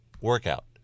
workout